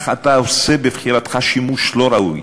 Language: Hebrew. אך אתה עושה בבחירתך שימוש לא ראוי.